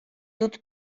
dut